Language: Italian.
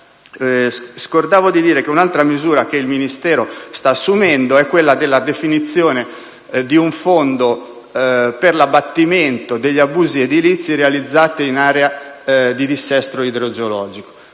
del possibile rischio. Un'altra misura che il Ministero sta assumendo è quella della definizione di un fondo per l'abbattimento degli abusi edilizi realizzati in aree di dissesto idrogeologico.